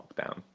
lockdown